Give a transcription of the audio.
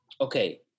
okay